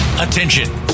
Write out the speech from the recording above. Attention